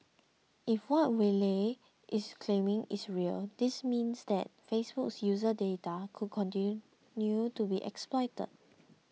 if what Wylie is claiming is real this means that Facebook's user data could continue to be exploited